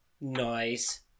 Nice